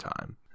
time